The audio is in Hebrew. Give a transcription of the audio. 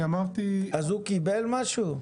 אז הוא קיבל משהו?